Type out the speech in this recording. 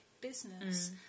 business